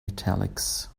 italics